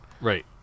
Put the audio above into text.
Right